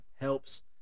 Helps